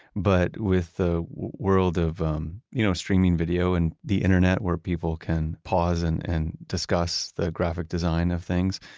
but with the world of um you know streaming video and the internet where people can pause and and discuss the graphic design of things,